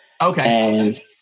Okay